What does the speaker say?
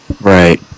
Right